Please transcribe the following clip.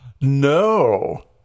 No